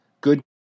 good